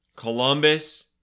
Columbus